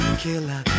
killer